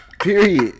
Period